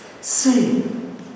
Sing